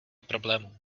problémů